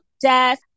death